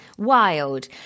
Wild